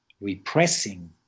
repressing